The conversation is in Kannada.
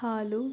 ಹಾಲು